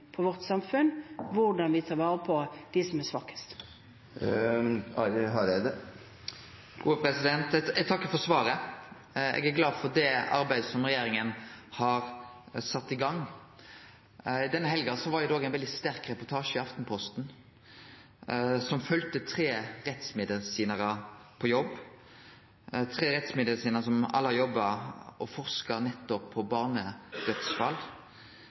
på vårt samfunn – hvordan vi tar vare på dem som er svakest. Eg takkar for svaret. Eg er glad for det arbeidet som regjeringa har sett i gang. Denne helga var det ein veldig sterk reportasje i Aftenposten som følgde tre rettsmedisinarar på jobb – tre rettsmedisinarar som alle jobba med og forska på barnedødsfall.